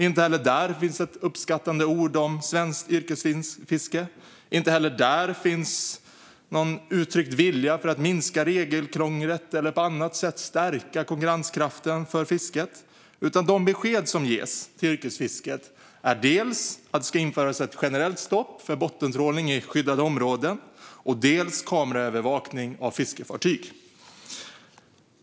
Inte heller där finns ett uppskattande ord om svenskt yrkesfiske eller någon uttryckt vilja att minska regelkrånglet eller på annat sätt stärka konkurrenskraften för fisket. De besked som ges till yrkesfisket är i stället att det ska införas dels ett generellt stopp för bottentrålning i skyddade områden, dels kameraövervakning av fiskefartyg.